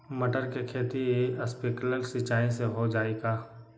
मटर के खेती स्प्रिंकलर सिंचाई से हो जाई का?